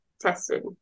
tested